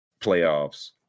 playoffs